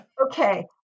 Okay